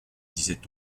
disait